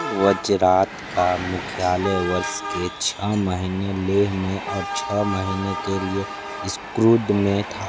वज़रात का मुख्यालय वर्ष के छः महीने लेह में और छः महीने के लिए इस्क्रुद में था